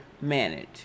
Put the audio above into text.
manage